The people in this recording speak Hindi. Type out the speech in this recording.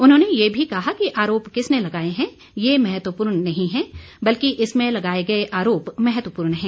उन्होंने ये भी कहा कि आरोप किसने लगाए हैं ये महत्वपूर्ण नहीं है बल्कि इसमें लगाए गए आरोप महत्वपूर्ण हैं